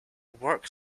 work